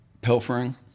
pilfering